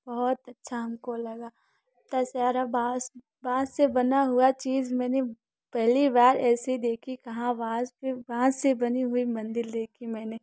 बहुत अच्छा हमको लगा इतना सारा बाँस बाँस से बना हुआ चीज मैंने पहली बार ऐसे देखी कहाँ बाँस बाँस से बनी हुई मंदिर देखी मैंने